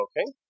Okay